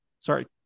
Sorry